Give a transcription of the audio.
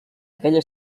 aquella